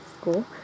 school